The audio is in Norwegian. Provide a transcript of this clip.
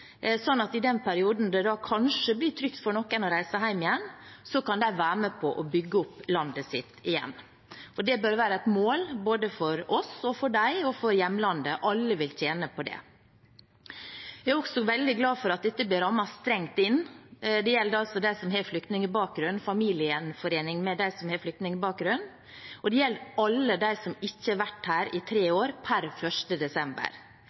at i den perioden det da kanskje blir trygt for noen å reise hjem igjen, kan de være med på å bygge opp landet sitt igjen. Og det bør være et mål, både for oss og for dem og for hjemlandet. Alle vil tjene på det. Jeg er også veldig glad for at dette blir rammet strengt inn. Det gjelder da altså familiegjenforening med dem som har flyktningbakgrunn, og det gjelder alle dem som ikke har vært her i tre år per 1. desember.